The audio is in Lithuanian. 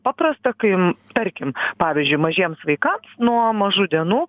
paprasta kai tarkim pavyzdžiui mažiems vaikams nuo mažų dienų